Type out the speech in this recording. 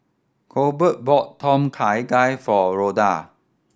Colbert bought Tom Kha Gai for Ronda